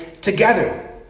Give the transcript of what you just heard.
together